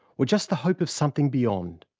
or just the hope of something beyond.